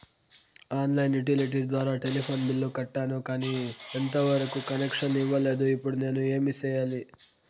On line utility ద్వారా telephone bill కట్టాను, కానీ ఎంత వరకు కనెక్షన్ ఇవ్వలేదు, ఇప్పుడు నేను ఏమి సెయ్యాలి?